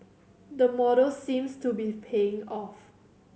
the model seems to be paying off